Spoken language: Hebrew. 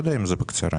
בקצרה.